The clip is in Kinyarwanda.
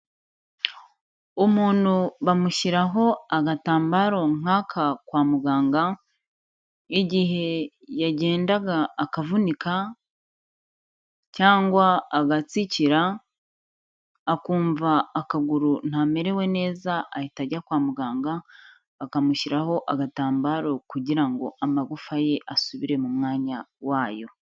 Umuntu bamushyiraho agatambaro nk'aka kwa muganga igihe yagendaga akavunika cyangwa agatsikira, akumva akaguru ntamerewe neza ahita ajya kwa muganga, bakamushyiraho agatambaro kugira ngo amagufa ye asubire mu mwanya wayo.